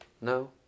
no